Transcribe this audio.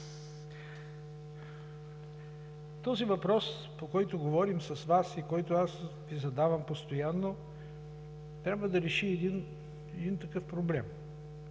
Този въпрос, по който говорим с Вас и който Ви задавам постоянно, трябва да реши един проблем.